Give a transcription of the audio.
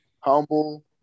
Humble